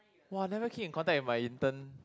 !wah! never keep in contact with my intern